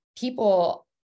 people